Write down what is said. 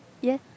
yeah